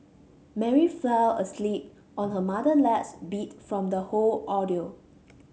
Mary fell asleep on her mother beat from the whole ordeal